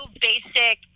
basic